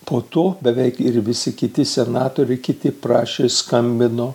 po to beveik ir visi kiti senatoriai kiti prašė skambino